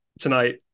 tonight